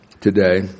today